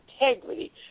integrity